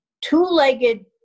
two-legged